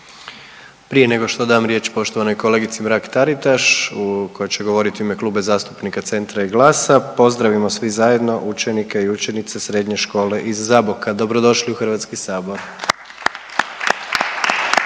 Prije nego što dam riječ poštovanoj kolegici Mrak-Taritaš koja će govoriti u ime Kluba zastupnika Centra i Glasa pozdravimo svi zajedno učenike i učenice Srednje škole iz Zaboka. Dobro došli u Hrvatski sabor!